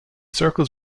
circles